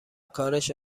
کارش